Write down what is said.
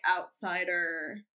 outsider